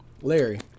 Larry